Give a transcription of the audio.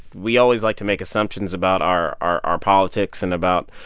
we always like to make assumptions about our our our politics and about,